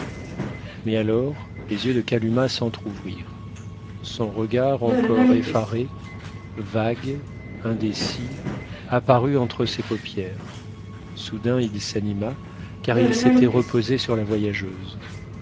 mais alors les yeux de kalumah s'entr'ouvrirent son regard encore effaré vague indécis apparut entre ses paupières soudain il s'anima car il s'était reposé sur la voyageuse